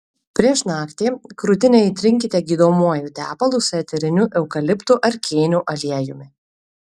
prieš naktį krūtinę įtrinkite gydomuoju tepalu su eteriniu eukaliptų ar kėnių aliejumi